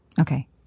Okay